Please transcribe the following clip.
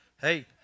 hey